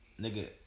nigga